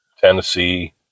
Tennessee